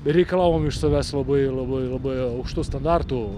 reikalavom iš savęs labai labai labai aukštų standartų